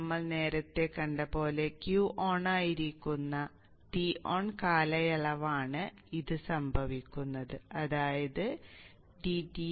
നമ്മൾ നേരത്തെ കണ്ടത് പോലെ Q ഓണായിരിക്കുന്ന Ton കാലയളവിലാണ് ഇത് സംഭവിക്കുന്നത് അതായത് dTs